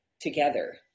together